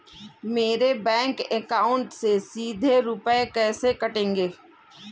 मेरे bank account से सीधे रुपए कैसे कटेंगे?